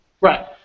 Right